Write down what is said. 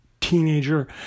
Teenager